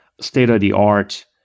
state-of-the-art